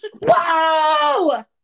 Wow